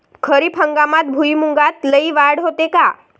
खरीप हंगामात भुईमूगात लई वाढ होते का?